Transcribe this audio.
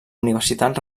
universitat